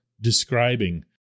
describing